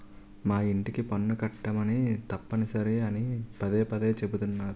మా యింటికి పన్ను కట్టమని తప్పనిసరి అని పదే పదే చెబుతున్నారు